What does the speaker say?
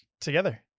together